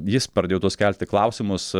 jis pradėjo tuos kelti klausimus